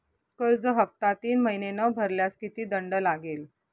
कर्ज हफ्ता तीन महिने न भरल्यास किती दंड लागेल?